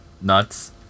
nuts